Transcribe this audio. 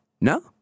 No